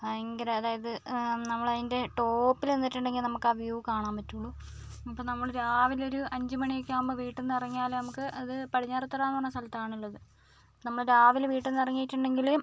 ഭയങ്കര അതായത് നമ്മൾ അതിൻറ്റെ ടോപ്പിൽ നിന്നിട്ടുണ്ടെങ്കിൽ നമുക്ക് ആ വ്യൂ കാണാൻ പറ്റുള്ളൂ അപ്പോൾ നമ്മൾ രാവിലെ ഒരു അഞ്ച് മണിയൊക്കെ ആകുമ്പോൾ വീട്ടിൽ നിന്ന് ഇറങ്ങിയാലേ നമുക്ക് അത് പടിഞ്ഞാറേത്തുറ എന്ന സ്ഥലത്താണ് ഉള്ളത് നമ്മൾ രാവിലേ വീട്ടിൽ നിന്ന് ഇറങ്ങിയിട്ടുണ്ടെങ്കിൽ